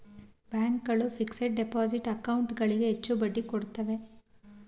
bank ಗಳು fixed deposit account ಗಳಿಗೆ ಹೆಚ್ಚು ಬಡ್ಡಿ ಕೊಡುತ್ತವೆ